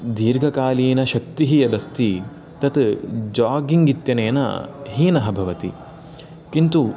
दीर्घकालीनशक्तिः यदस्ति तत् जागिङ्ग् इत्यनेन हीनः भवति किन्तु